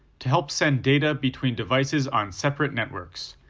to help send data between devices on separate networks,